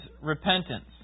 repentance